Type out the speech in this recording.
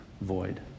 void